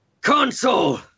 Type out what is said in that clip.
Console